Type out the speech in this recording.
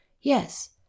Yes